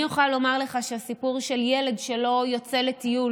אני יכולה לומר לך שהסיפור של ילד שלא יוצא לטיול